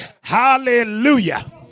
hallelujah